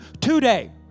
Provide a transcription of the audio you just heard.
Today